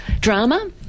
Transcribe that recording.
drama